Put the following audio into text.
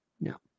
No